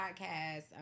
podcast